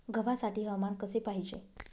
गव्हासाठी हवामान कसे पाहिजे?